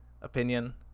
opinion